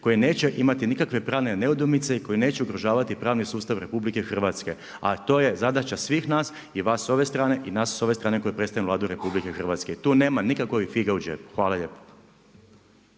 koji neće imati nikakve pravne nedoumice i koji neće ugrožavati pravni sustav RH. A to je zadaća svih nas i vas s ove strane i nas s ove strane koji predstavljamo Vladu Republike Hrvatske. Tu nema nikakvih figa u džepu. Hvala lijepa.